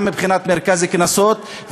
גם מבחינת מרכז הקנסות,